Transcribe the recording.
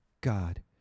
God